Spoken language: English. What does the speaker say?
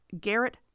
Garrett